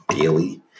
daily